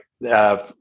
Right